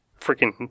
freaking